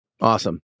Awesome